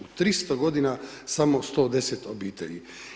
U 300 godina, samo 110 obitelji.